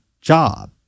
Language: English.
job